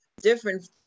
different